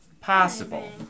Possible